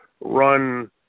run